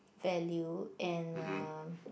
value and uh